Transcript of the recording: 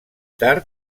tard